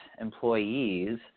employees